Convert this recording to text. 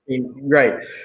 Right